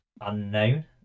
unknown